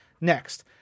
Next